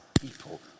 people